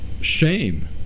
shame